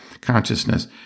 consciousness